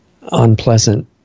unpleasant